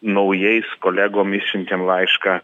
naujais kolegomis siuntėm laišką